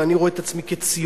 ואני רואה את עצמי כציוני,